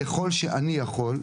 ככל שאני יכול,